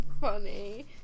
funny